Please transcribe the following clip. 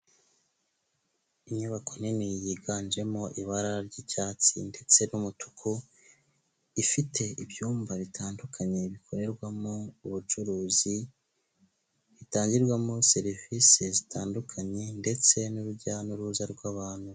Inyubako nini yiganjemo ibara ry'icyatsi ndetse n'umutuku, ifite ibyumba bitandukanye bikorerwamo ubucuruzi, bitangirwamo serivisi zitandukanye ndetse n'urujya n'uruza rw'abantu.